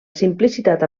simplicitat